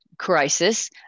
crisis